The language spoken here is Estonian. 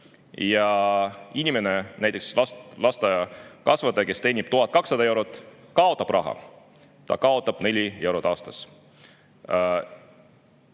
Ja inimene, näiteks lasteaiakasvataja, kes teenib 1200 eurot, kaotab raha – ta kaotab neli eurot aastas.